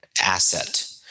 asset